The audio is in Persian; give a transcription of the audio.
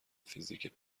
فیزیک